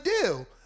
deal